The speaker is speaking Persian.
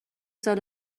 سال